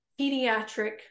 pediatric